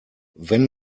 wenn